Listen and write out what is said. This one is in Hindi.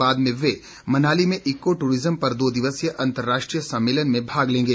बाद में वे मनाली में इको टूरिज्म पर दो दिवसीय अंतर्राष्ट्रीय सम्मेलन में भाग लेंगे